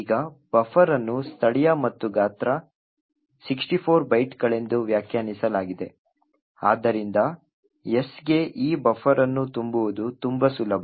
ಈಗ ಬಫರ್ ಅನ್ನು ಸ್ಥಳೀಯ ಮತ್ತು ಗಾತ್ರ 64 ಬೈಟ್ಗಳೆಂದು ವ್ಯಾಖ್ಯಾನಿಸಲಾಗಿದೆ ಆದ್ದರಿಂದ S ಗೆ ಈ ಬಫರ್ ಅನ್ನು ತುಂಬುವುದು ತುಂಬಾ ಸುಲಭ